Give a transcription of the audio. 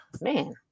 man